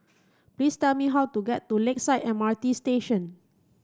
please tell me how to get to Lakeside M R T Station